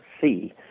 see